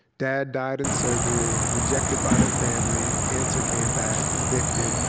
dad died in surgery. rejected by their family. cancer came back. evicted.